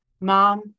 Mom